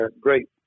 great